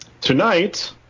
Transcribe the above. Tonight